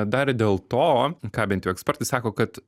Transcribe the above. dar dėl to ką bent jau ekspertai sako kad